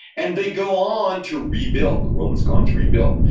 and they go on to rebuild, the romans go on to rebuild.